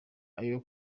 ayo